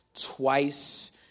twice